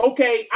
Okay